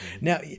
Now